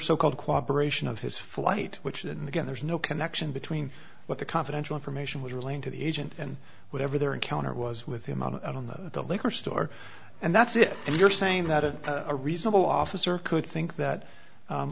so called cooperation of his flight which and again there's no connection between what the confidential information was really into the agent and whatever their encounter was with the amount i don't know the liquor store and that's it and you're saying that it a reasonable officer could think that